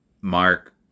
Mark